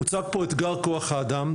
הוצג פה אתגר כוח האדם,